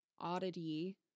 oddity